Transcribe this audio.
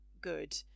good